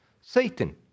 Satan